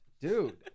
Dude